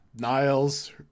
Niles